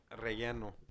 relleno